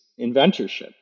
inventorship